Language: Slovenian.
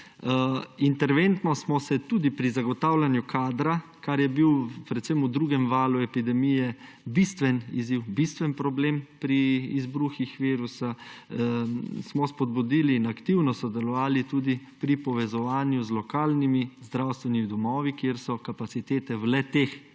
Interventno smo se tudi pri zagotavljanju kadra, kar je bil v drugem valu epidemije bistven izziv, bistven problem pri izbruhih virusa, smo spodbudili in aktivno sodelovali tudi pri povezovanju z lokalnimi zdravstvenimi domovi, kjer so kapacitete v le-teh